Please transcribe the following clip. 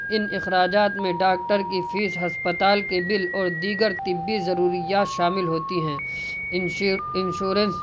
ان اخراجات میں ڈاکٹر کی فیس ہسپتال کے بل اور دیگر طبی ضروریات شامل ہوتی ہیں انشورنس